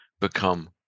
become